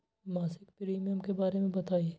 मासिक प्रीमियम के बारे मे बताई?